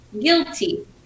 guilty